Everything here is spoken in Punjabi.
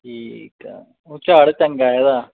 ਠੀਕ ਹੈ ਊਂ ਝਾੜ ਚੰਗਾ ਇਹਦਾ